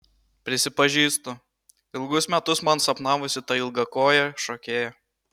prisipažįstu ilgus metus man sapnavosi ta ilgakojė šokėja